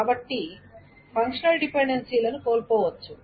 కాబట్టి ఫంక్షనల్ డిపెండెన్సీలను కోల్పోవచ్చు